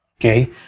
okay